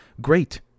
Great